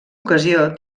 ocasió